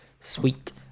Sweet